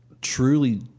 truly